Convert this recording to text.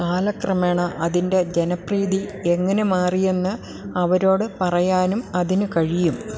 കാലക്രമേണ അതിന്റെ ജനപ്രീതിയെങ്ങനെ മാറിയെന്ന് അവരോട് പറയാനും അതിന് കഴിയും